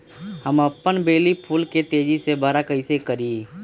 हम अपन बेली फुल के तेज़ी से बरा कईसे करी?